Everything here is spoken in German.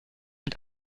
mit